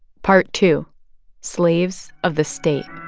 part two slaves of the state